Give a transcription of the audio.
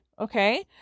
okay